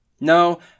No